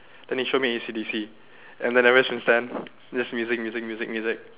then he showed me A_C_D_C and then ever since then is just music music music music